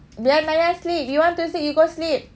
biar narya sleep you want to sleep you go sleep